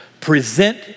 Present